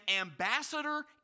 ambassador